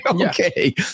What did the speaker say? Okay